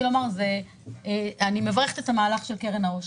לומר הוא שאני מברכת את המהלך של קרן העושר.